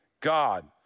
God